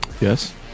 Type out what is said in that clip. Yes